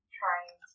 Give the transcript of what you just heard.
trying